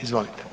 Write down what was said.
Izvolite.